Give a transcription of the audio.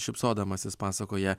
šypsodamasis pasakoja